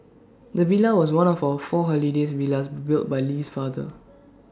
the villa was one of four holiday villas built by Lee's father